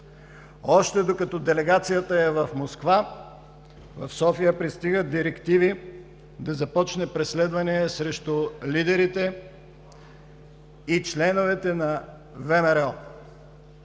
Още докато делегацията е в Москва, в София пристигат директиви да започнат преследвания срещу лидерите и членовете на ВМРО.